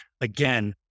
Again